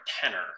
tenor